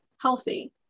healthy